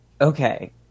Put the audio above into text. okay